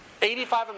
85%